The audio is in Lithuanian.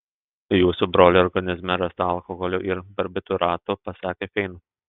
jūsų brolio organizme rasta alkoholio ir barbitūratų pasakė fain